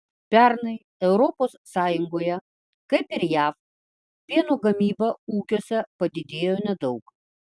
pernai europos sąjungoje kaip ir jav pieno gamyba ūkiuose padidėjo nedaug